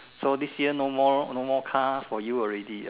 so this year no more no more car for you already